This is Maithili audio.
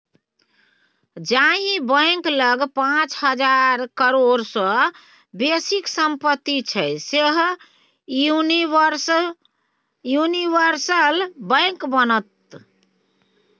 जाहि बैंक लग पाच हजार करोड़ सँ बेसीक सम्पति छै सैह यूनिवर्सल बैंक बनत